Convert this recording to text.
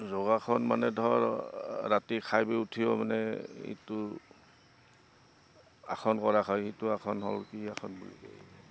যোগাসন মানে ধৰ ৰাতি খাই বৈ উঠিও মানে ইটো আসন কৰা হয় সিটো আসন হ'ল কি আসন বুলি কয়